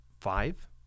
five